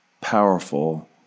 powerful